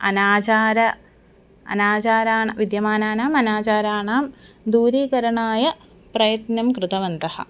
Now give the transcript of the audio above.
अनाचारान् अनाचारान् विद्यमानानाम् अनाचाराणां दूरीकरणाय प्रयत्नं कृतवन्तः